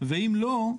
ואם לא,